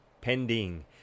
pending